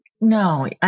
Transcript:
No